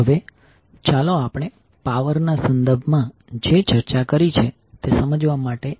હવે ચાલો આપણે પાવર ના સંબંધમાં જે ચર્ચા કરી છે તે સમજવા માટે એક ઉદાહરણ લઈએ